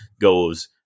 goes